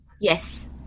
yes